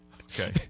Okay